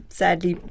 sadly